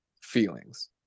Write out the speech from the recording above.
feelings